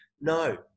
No